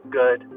good